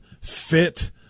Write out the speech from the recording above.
fit